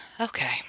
Okay